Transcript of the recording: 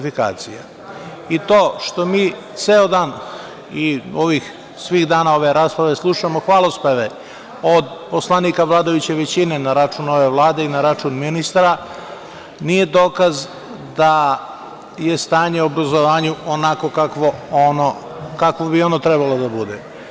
To što mi ceo dan i ovih svih dana ove rasprave slušamo hvalospeve od poslanika vladajuće većine na račun ove Vlade i na račun ministara, nije dokaz da je stanje u obrazovanju onako kako bi ono trebalo da bude.